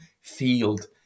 field